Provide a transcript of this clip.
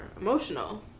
emotional